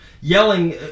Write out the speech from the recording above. yelling –